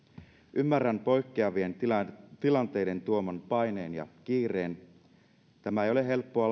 ymmärrän poikkeavien tilanteiden tilanteiden tuoman paineen ja kiireen tämä ei ole helppoa